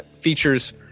features